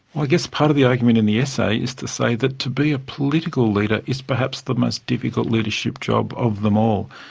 i guess part of the argument in the essay is to say that to be a political leader is perhaps the most difficult leadership job of them all.